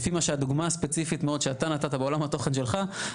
לפי הדוגמה המאוד ספציפית שאתה נתת מעולם התוכן שלך,